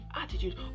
attitude